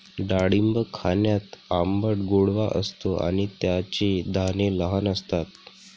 डाळिंब खाण्यात आंबट गोडवा असतो आणि त्याचे दाणे लहान असतात